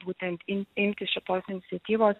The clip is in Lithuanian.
būtent imtis šitos iniciatyvos